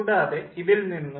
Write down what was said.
കൂടാതെ ഇതിൽ നിന്നും